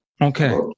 okay